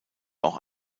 auch